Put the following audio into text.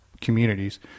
communities